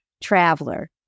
traveler